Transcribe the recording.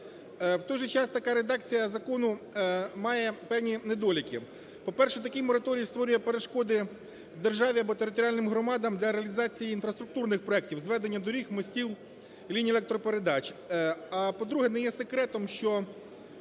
В той же час така редакція закону має певні недоліки. По-перше, такий мораторій створює перешкоди державі або територіальним громадам для реалізації інфраструктурних проектів: зведення доріг, мостів, ліній електропередач. А, по-друге, не є секретом, що